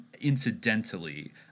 incidentally